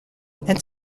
and